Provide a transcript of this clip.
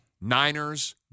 Niners